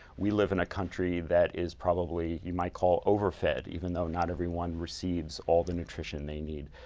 we live in a country that is probably you might call overfed, even though not everyone receives all the nutrition they need.